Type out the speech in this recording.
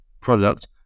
product